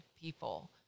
people